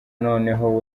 noneho